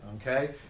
okay